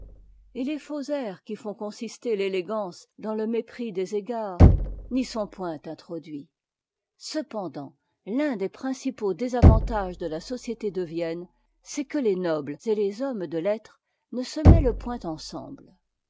et les faux airs qui font consister l'élégance dans le mépris des égards ne s'y sont point introduits cependant l'un des principaux désavantages de la société de vienne c'est que tes nobles et les hommes de lettres ne se mêlent point ensemble